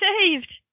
saved